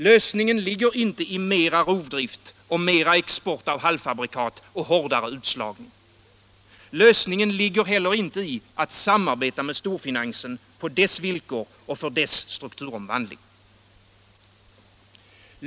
Lösningen ligger inte i mer rovdrift, mer export av halvfabrikat och hårdare utslagning. Lösningen ligger heller inte i att samarbeta med storfinansen på dess villkor och för dess strukturomvandling.